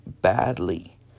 badly